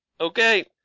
Okay